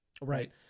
right